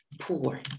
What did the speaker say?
poor